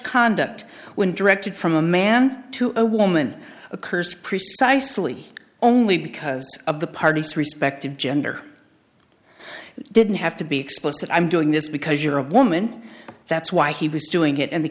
conduct when directed from a man to a woman occurs precisely only because of the parties respective gender didn't have to be explicit i'm doing this because you're a woman that's why he was doing it and the